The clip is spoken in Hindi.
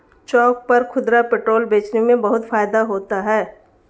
चौक पर खुदरा पेट्रोल बेचने में बहुत फायदा होता है